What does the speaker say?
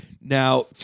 Now